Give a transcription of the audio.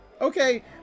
Okay